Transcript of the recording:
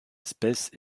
espèce